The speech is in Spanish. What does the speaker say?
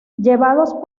llevados